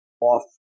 off